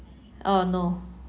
oh no